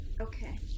Okay